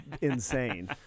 insane